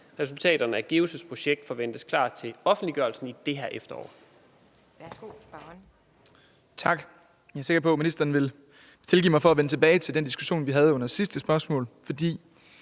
Resultaterne af GEUS' projekt forventes klar til offentliggørelse i det her efterår.